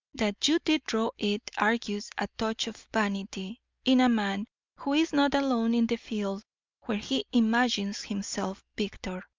that you did draw it argues a touch of vanity in a man who is not alone in the field where he imagines himself victor.